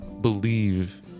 believe